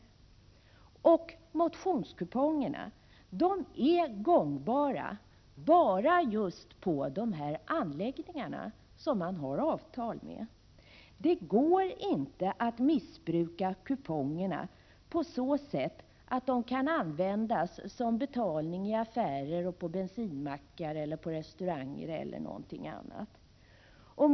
Och motionskupongerna är gångbara enbart på de anläggningar som man har avtal med. Det går inte att missbruka kupongerna på så sätt att de kan användas som betalning i affärer eller på bensinmackar och restauranger eller någon annanstans.